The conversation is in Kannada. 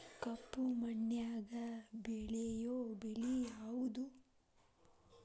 ಕಪ್ಪು ಮಣ್ಣಾಗ ಬೆಳೆಯೋ ಬೆಳಿ ಯಾವುದು?